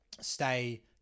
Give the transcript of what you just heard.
stay